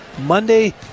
Monday